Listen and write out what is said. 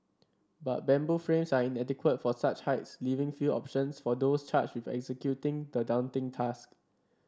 but bamboo frames are inadequate for such heights leaving few options for those charged with executing the daunting task